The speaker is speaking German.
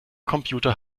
computer